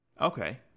Okay